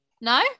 No